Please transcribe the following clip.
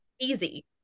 easy